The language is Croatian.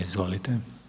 Izvolite.